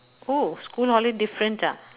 oh school holiday different ah